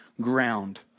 ground